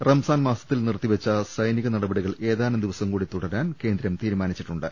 റംസാൻ മാസത്തിൽ നിർത്തിവെച്ച സൈനിക നടപടികൾ ഏതാനും ദിവസം കൂടി തുടരാൻ കേന്ദ്രം തീരുമാനിച്ചി ട്ടുണ്ട്